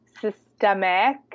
systemic